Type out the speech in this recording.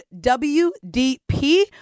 WDP